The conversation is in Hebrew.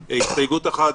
אחת,